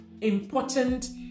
important